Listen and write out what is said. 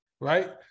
right